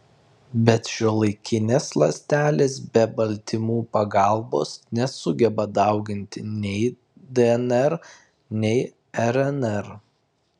bet šiuolaikinės ląstelės be baltymų pagalbos nesugeba dauginti nei dnr nei rnr